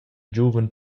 giuven